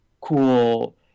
cool